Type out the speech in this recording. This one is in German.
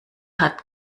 hat